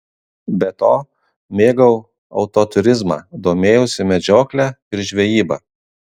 be to mėgau autoturizmą domėjausi medžiokle ir žvejyba